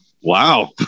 Wow